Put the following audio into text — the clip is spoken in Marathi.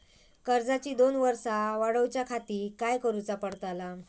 कर्जाची दोन वर्सा वाढवच्याखाती काय करुचा पडताला?